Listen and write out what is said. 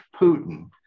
Putin